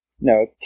No